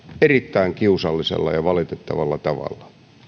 erittäin kiusallisella ja valitettavalla tavalla